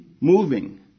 moving